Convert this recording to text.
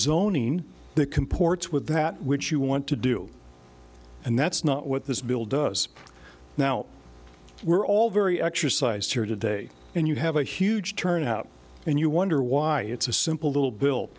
that which you want to do and that's not what this bill does now we're all very exercised here today and you have a huge turnout and you wonder why it's a simple